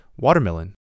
watermelon